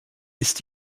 ist